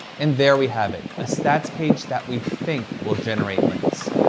and there we have it! a stats page that we think will generate links.